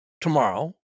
tomorrow